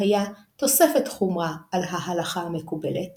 עם זאת, היחס למנהג היה נתון במחלוקת,